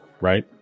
right